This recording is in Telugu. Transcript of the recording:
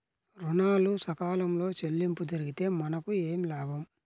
ఋణాలు సకాలంలో చెల్లింపు జరిగితే మనకు ఏమి లాభం?